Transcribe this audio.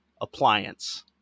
appliance